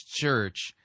church